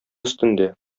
өстендә